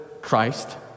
Christ